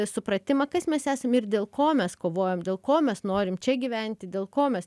supratimą kas mes esam ir dėl ko mes kovojom dėl ko mes norim čia gyventi dėl ko mes